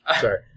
Sorry